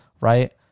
right